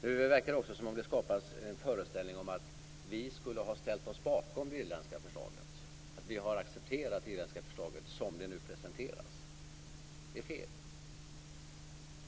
Det verkar också som om det skapas en föreställning om att vi skulle ha ställt oss bakom det irländska förslaget, att vi har accepterat det irländska förslaget som det nu presenteras. Det är fel.